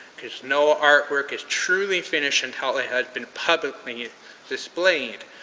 cause no artwork is truly finished until it has been publicly displayed.